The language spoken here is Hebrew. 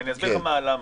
אני אסביר לך למה.